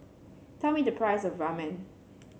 tell me the price of Ramen